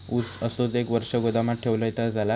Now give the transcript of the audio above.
ऊस असोच एक वर्ष गोदामात ठेवलंय तर चालात?